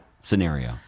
Scenario